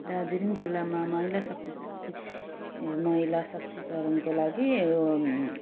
दार्जिलिङ जिल्लमा महिला शक्ति ए महिला शक्तिकरणको लागि यो